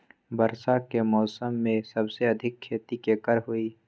वर्षा के मौसम में सबसे अधिक खेती केकर होई?